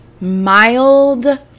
mild